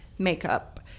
makeup